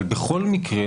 אבל בכל מקרה,